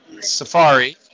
Safari